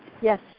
Yes